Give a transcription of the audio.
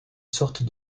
sortes